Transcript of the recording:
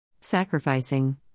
Sacrificing